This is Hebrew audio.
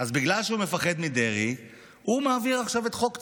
אז בגלל שהוא מפחד מדרעי הוא מעביר עכשיו את חוק טבריה.